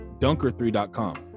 dunker3.com